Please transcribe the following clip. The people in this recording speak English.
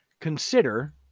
consider